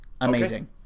Amazing